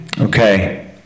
okay